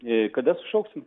kada sušauksim